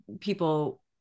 people